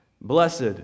blessed